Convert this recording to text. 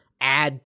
add